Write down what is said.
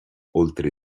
oltre